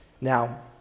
Now